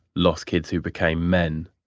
lost kids who became men?